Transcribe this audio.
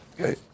Okay